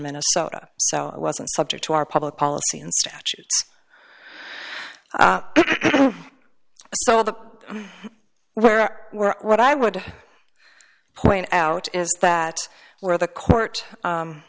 minnesota so it wasn't subject to our public policy and statute so the where what i would point out is that where the court